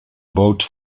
boot